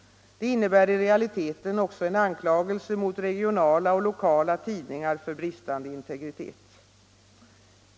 Det innebär i realiteten också en anklagelse mot regionala och lokala tidningar för bristande integritet.